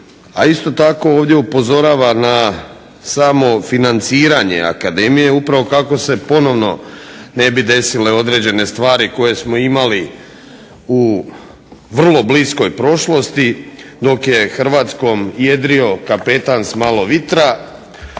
A isto tako ovdje upozorava na samo financiranje akademije upravo kako se ponovno ne bi desile određene stvari koje smo imali u vrlo bliskoj prošlosti, dok je Hrvatskom jedrio kapetan s malo vitra,